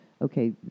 okay